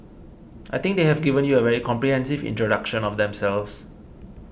I think they have given you a very comprehensive introduction of themselves